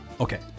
Okay